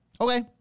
Okay